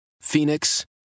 Phoenix